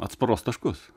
atsparos taškus